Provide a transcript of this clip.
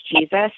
Jesus